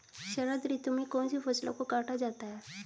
शरद ऋतु में कौन सी फसलों को काटा जाता है?